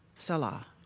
Salah